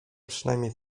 przynajmniej